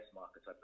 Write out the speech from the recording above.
markets